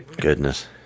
Goodness